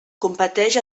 competeix